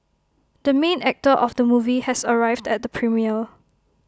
the main actor of the movie has arrived at the premiere